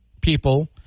people